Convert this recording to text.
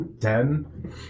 Ten